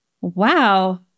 Wow